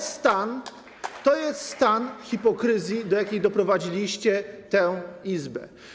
To jest stan hipokryzji, do jakiej doprowadziliście tę Izbę.